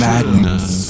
Madness